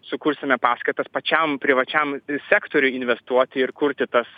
sukursime paskatas pačiam privačiam sektoriui investuoti ir kurti tas